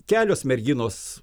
kelios merginos